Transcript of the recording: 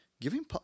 giving